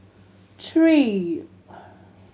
three